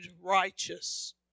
righteous